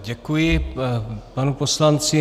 Děkuji panu poslanci.